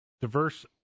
diverse